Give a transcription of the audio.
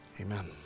Amen